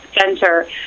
center